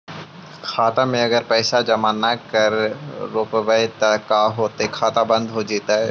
खाता मे अगर पैसा जमा न कर रोपबै त का होतै खाता बन्द हो जैतै?